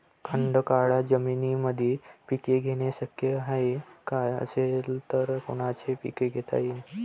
खडकाळ जमीनीमंदी पिके घेणे शक्य हाये का? असेल तर कोनचे पीक घेता येईन?